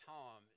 Tom